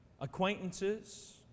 acquaintances